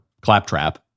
claptrap